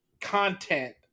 content